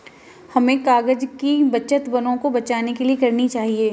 हमें कागज़ की बचत वनों को बचाने के लिए करनी चाहिए